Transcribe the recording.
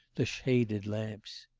the shaded lamps.